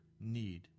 need